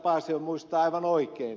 paasio muistaa aivan oikein